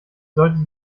sollte